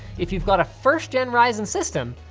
if you've got a first gen ryzen system,